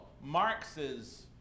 Marx's